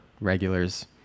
regulars